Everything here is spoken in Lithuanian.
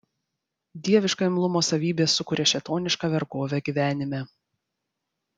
dieviška imlumo savybė sukuria šėtonišką vergovę gyvenime